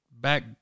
back